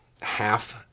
half